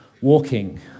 walking